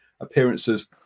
appearances